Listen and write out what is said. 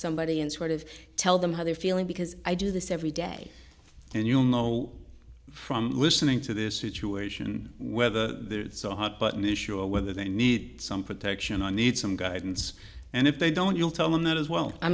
somebody and sort of tell them how they're feeling because i do this every day and you'll know from listening to this situation whether they're it's a hot button issue or whether they need some protection i need some guidance and if they don't you'll tell them that as well i